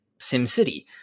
SimCity